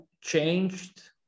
changed